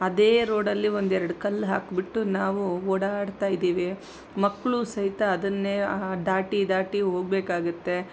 ಅದೇ ರೋಡಲ್ಲಿ ಒಂದೆರಡು ಕಲ್ಲು ಹಾಕಿಬಿಟ್ಟು ನಾವು ಓಡಾಡ್ತಾ ಇದ್ದೀವಿ ಮಕ್ಕಳು ಸಹಿತ ಅದನ್ನೇ ದಾಟಿ ದಾಟಿ ಹೋಗ್ಬೇಕಾಗತ್ತೆ